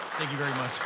thank you very much.